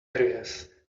areas